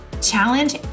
challenge